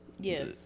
Yes